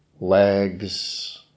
legs